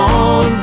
on